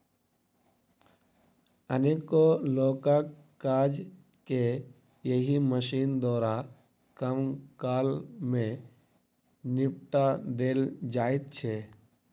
अनेको लोकक काज के एहि मशीन द्वारा कम काल मे निपटा देल जाइत छै